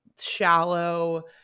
shallow